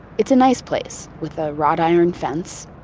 it's a nice place with a wrought iron fence.